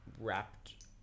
wrapped